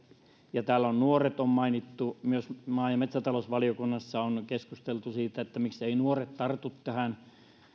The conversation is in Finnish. ja täällä on nuoret mainittu myös maa ja metsätalousvaliokunnassa on keskusteltu siitä mikseivät nuoret tartu tähän